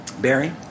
Barry